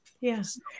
Yes